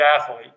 athlete